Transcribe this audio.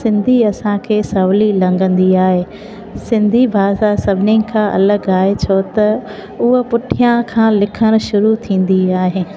सिंधी असांखे सवली लॻंदी आहे सिंधी भाषा सभिनी खां अलॻि आहे छो त उहा पुठियां खां लिखणु शुरू थींदी आहे